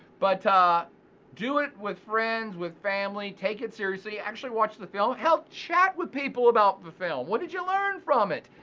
but do it with friends, with family, take it seriously, actually watch the film, hell chat with people about the film. what did you learn from it?